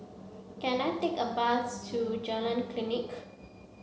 can I take a bus to Jalan Klinik